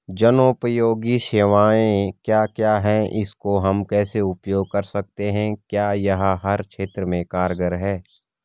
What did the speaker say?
जनोपयोगी सेवाएं क्या क्या हैं इसको हम कैसे उपयोग कर सकते हैं क्या यह हर क्षेत्र में कारगर है?